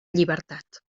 llibertat